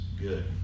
good